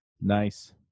Nice